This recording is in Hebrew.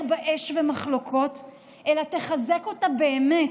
בה אש ומחלוקות אלא תחזק אותה באמת,